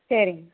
சரிங்க